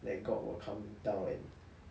that god will come down and